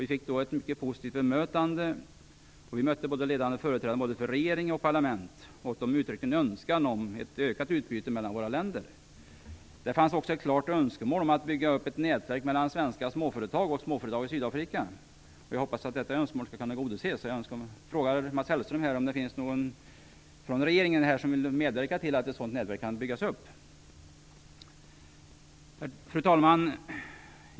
Vi fick ett mycket positivt bemötande, och vi mötte ledande företrädare för både parlament och regering, som uttryckte en önskan om ett ökat utbyte mellan våra länder. Det fanns också ett klart önskemål om att bygga upp ett nätverk mellan svenska småföretag och småföretag i Sydafrika. Jag hoppas att detta önskemål skall kunna tillgodoses. Jag skulle vilja fråga Mats Hellström om någon från regeringen vill medverka till att ett sådant nätverk kan byggas upp. Fru talman!